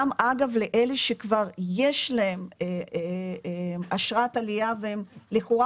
גם אגב לאלה שכבר יש להם אשרת עלייה והם לכאורה